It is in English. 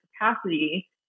capacity